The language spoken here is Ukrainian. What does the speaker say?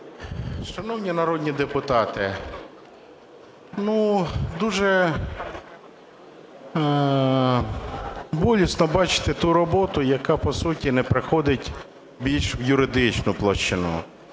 Шановні народні депутати, дуже болісно бачити ту роботу, яка по суті не проходить в більш юридичну площину.